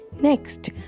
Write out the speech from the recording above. Next